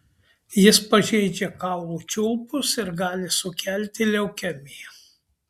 jis pažeidžia kaulų čiulpus ir gali sukelti leukemiją